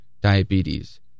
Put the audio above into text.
diabetes